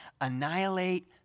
annihilate